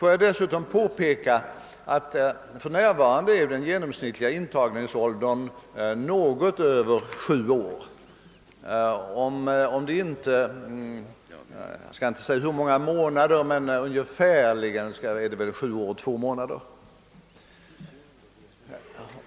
Får jag dessutom påpeka att den genomsnittliga intagningsåldern för närvarande ligger något högre än sju år — jag kan inte säga exakt hur många månader, men ungefärligen är det sju år och två månader.